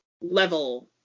level